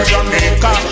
Jamaica